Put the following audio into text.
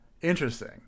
interesting